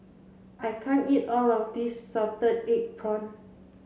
I can't eat all of this salted egg prawn